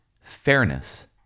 fairness